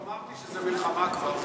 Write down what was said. לא, אמרתי שזה מלחמה כבר.